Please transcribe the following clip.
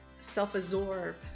self-absorb